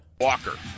Walker